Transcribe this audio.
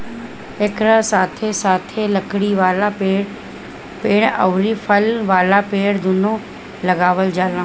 एकरा साथे साथे लकड़ी वाला पेड़ अउरी फल वाला पेड़ दूनो लगावल जाला